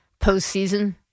postseason